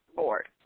board